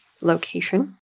location